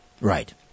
Right